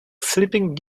sleeping